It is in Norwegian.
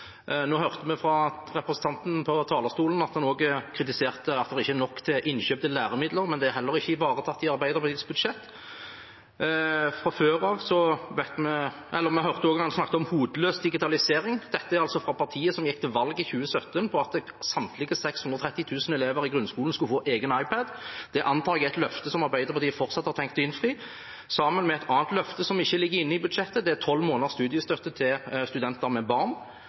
Nå hørte vi fra representanten på talerstolen at han også kritiserte at det ikke er nok til innkjøp av læremidler, men det er heller ikke ivaretatt i Arbeiderpartiets budsjett. Vi hørte også han snakket om hodeløs digitalisering – og det fra partiet som i 2017 gikk til valg på at samtlige 630 000 elever i grunnskolen skulle få egen iPad. Det antar jeg er et løfte som Arbeiderpartiet fortsatt har tenkt å innfri, sammen med et annet løfte som ikke ligger inne i budsjettet. Det er tolv måneders studiestøtte til studenter med barn.